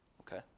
Okay